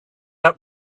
out